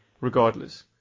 regardless